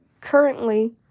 currently